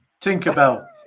Tinkerbell